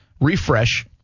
refresh